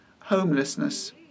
homelessness